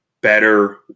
better